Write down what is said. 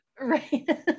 Right